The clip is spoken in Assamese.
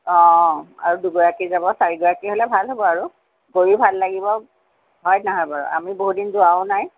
অ আৰু দুগৰাকী যাব চাৰিগৰাকী হ'লে ভাল হ'ব আৰু গৈয়ো ভাল লাগিব হয় নহয় বাৰু আমি বহুতদিন যোৱাও নাই